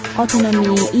autonomy